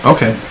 Okay